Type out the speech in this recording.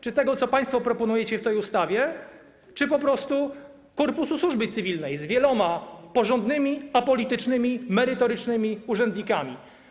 Czy tego, co państwo proponujecie w tej ustawie, czy po prostu korpusu służby cywilnej, z wieloma porządnymi apolitycznymi, merytorycznymi urzędnikami?